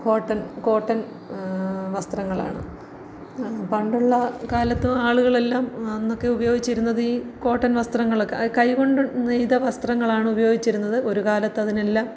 cotton cotton വസ്ത്രങ്ങളാണ് പണ്ടുള്ള കാലത്തും ആളുകളെല്ലാം അന്നൊക്കെ ഉപയോഗിച്ചിരുന്നത് ഈ കോട്ടൺ വസ്ത്രങ്ങളൊക്കെ അത് കൈ കൊണ്ട് നെയ്ത വസ്ത്രങ്ങളാണ് ഉപയോഗിച്ചിരുന്നത് ഒരു കാലത്ത് അതിനെല്ലാം